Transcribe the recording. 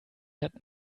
hat